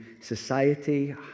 society